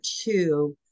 two